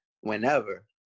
whenever